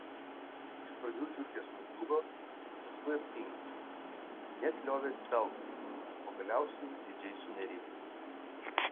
iš pradžių žiurkės nudžiugo paskui aptingo net liovėsi daugintis o galiausiai didžiai sunerimo